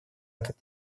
этот